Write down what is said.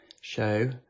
show